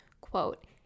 quote